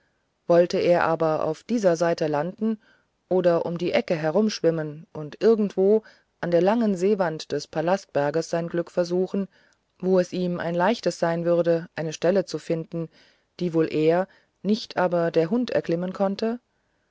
wollte er aber auf dieser seite landen oder um die ecke herumschwimmen und irgendwo an der langen seewand des palastberges sein glück versuchen wo es ihm ein leichtes sein dürfte eine stelle zu finden die wohl er nicht aber der hund erklimmen konnte